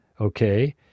Okay